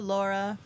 Laura